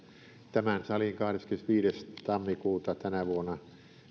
tämän salin kahdeskymmenesviides tammikuuta tänä vuonna